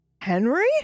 Henry